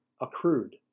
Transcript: accrued